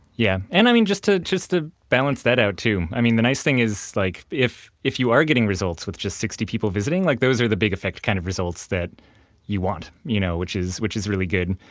yeah, and i mean just to ah balance that out too. i mean the nice thing is like if if you are getting results with just sixty people visiting, like those are the big effect kind of results that you want you know which is which is really good.